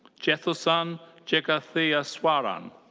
jethursan jegatheswaran.